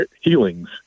healings